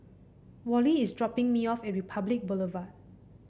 Wally is dropping me off at Republic Boulevard